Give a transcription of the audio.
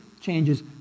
changes